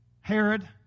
Herod